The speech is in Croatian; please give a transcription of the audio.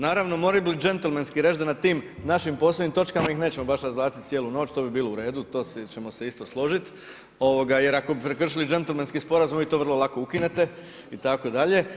Naravno, morao bih gentlemenski reći da na tim našim poslovnim točkama ih nećemo baš razvlačiti cijelu noć, to bi bilo u redu, to ćemo se isto složiti jer ako bismo prekršili gentlemenski sporazum, vi to vrlo lako ukinete itd.